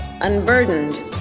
unburdened